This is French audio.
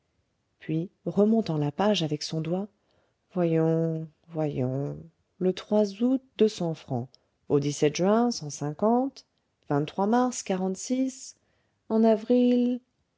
puis remontant la page avec son doigt voyons voyons le août deux cents francs au juin cent cinquante mars quarante-six en avril